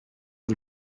жыл